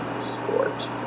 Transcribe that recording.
sport